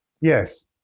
Yes